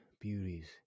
beauties